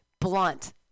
blunt